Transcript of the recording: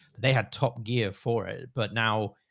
they had top gear for it, but now.